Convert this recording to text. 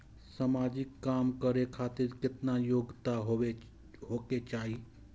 समाजिक काम करें खातिर केतना योग्यता होके चाही?